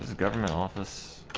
government office